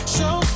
Show